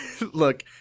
look